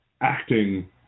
acting